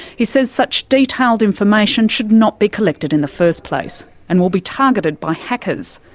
he says such detailed information should not be collected in the first place and will be targeted by hackers.